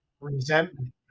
resentment